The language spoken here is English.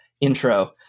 intro